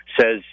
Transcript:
says